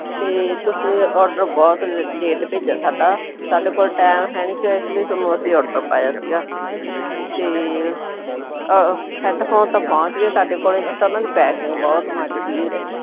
ਅਤੇ ਤੁਸੀਂ ਔਡਰ ਬਹੁਤ ਲੇਟ ਭੇਜਿਆ ਸਾਡਾ ਸਾਡੇ ਕੋਲ ਟਾਈਮ ਹੈ ਨਹੀਂ ਸੀ ਸੋ ਇਸ ਲਈ ਤੁਹਾਨੂੰ ਅਸੀਂ ਔਡਰ ਪਾਇਆ ਸੀਗਾ ਅਤੇ ਹੈਡਫੋਨ ਤਾਂ ਪਹੁੰਚ ਗਏ ਸਾਡੇ ਕੋਲ ਇੱਕ ਤਾਂ ਉਹਨਾਂ ਦੀ ਪੈਕਿੰਗ ਬਹੁਤ ਮਾੜੀ ਸੀਗੀ ਵੀਰੇ